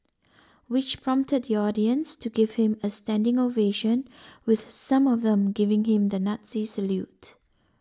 which prompted the audience to give him a standing ovation with some of them giving him the Nazi salute